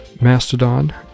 Mastodon